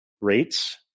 rates